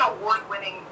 award-winning